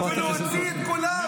חברת הכנסת גוטליב.